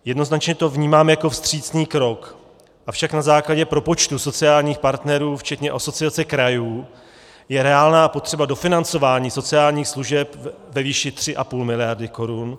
Jednoznačně to vnímám jako vstřícný krok, avšak na základě propočtů sociálních partnerů, včetně Asociace krajů, je reálná potřeba dofinancování sociálních služeb ve výši 3,5 mld. korun.